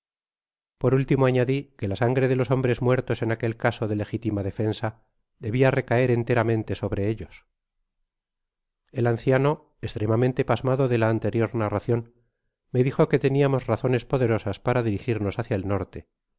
por último añadi que la sangre de los hombres muertos en aquel caso de legítima defensa debia recaer enteramente sobre ellos el anciano estremadamento pasmado de la anterior narracion me dijo que teniamos razones poderosas para dirigirnos hacia el norte